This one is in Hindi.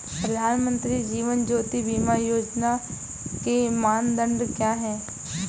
प्रधानमंत्री जीवन ज्योति बीमा योजना के मानदंड क्या हैं?